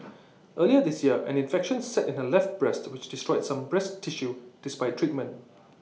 early this year an infection set in her left breast which destroyed some breast tissue despite treatment